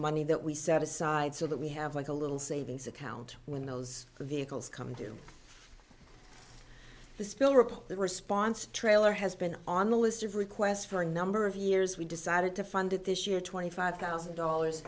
money that we set aside so that we have like a little savings account when those vehicles come due to the spill rip the response trailer has been on the list of requests for number of years we decided to fund it this year twenty five thousand dollars